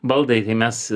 baldai tai mes